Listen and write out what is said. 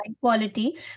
quality